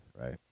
right